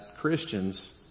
Christians